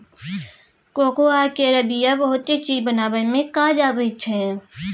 cocoa केर बिया बहुते चीज बनाबइ मे काज आबइ छै